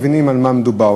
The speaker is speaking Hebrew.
מבינים על מה מדובר.